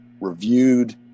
reviewed